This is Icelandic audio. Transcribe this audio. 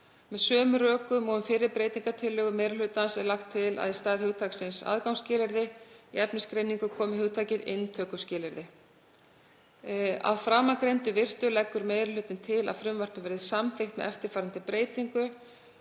Með sömu rökum og um fyrri breytingartillögu meiri hlutans er lagt til að í stað hugtaksins „aðgangsskilyrði“ í efnisgreiningu komi hugtakið „inntökuskilyrði“. Að framangreindu virtu leggur meiri hlutinn til að frumvarpið verði samþykkt með eftirfarandi breytingum: